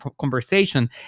conversation